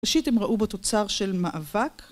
ראשית הם ראו בו תוצר של מאבק.